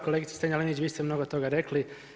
Kolegice Strenja Linić, vi ste mnogo toga rekli.